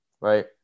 right